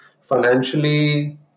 financially